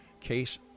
case